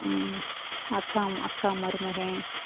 அக்கா அக்கா மருமகன்